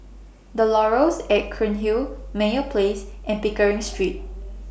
The Laurels At Cairnhill Meyer Place and Pickering Street